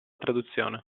traduzione